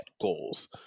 goals